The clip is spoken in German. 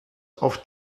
auf